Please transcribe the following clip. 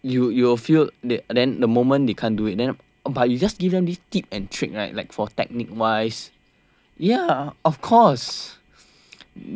you you will feel the then the moment they can't do it then but you just give them these tips and tricks right like for technique wise ya of course